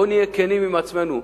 בואו נהיה כנים עם עצמנו.